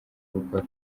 gukora